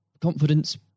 confidence